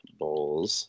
bowls